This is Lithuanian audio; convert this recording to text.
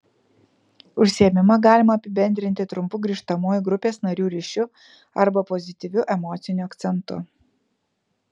užsiėmimą galima apibendrinti trumpu grįžtamuoju grupės narių ryšiu arba pozityviu emociniu akcentu